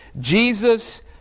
Jesus